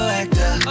actor